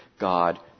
God